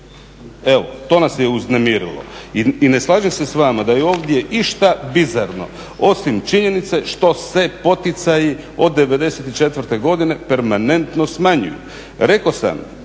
Evo, to nas je uznemirilo. I ne slažem se s vama da je i ovdje išta bizarno osim činjenice što se poticaji od 94. godine permanentno smanjuju.